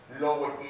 lower